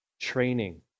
training